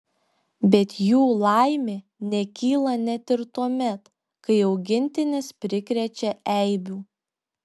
bet jų laimė nekyla net ir tuomet kai augintinis prikrečia eibių